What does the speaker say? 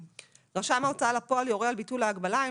רשם ההוצאה לפועל יורה על ביטול ההגבלה אם